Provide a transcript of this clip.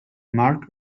mark